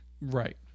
Right